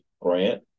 Grant